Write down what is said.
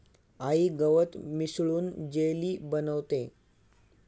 आई गवत मिसळून जेली बनवतेय